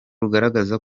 rugaragaza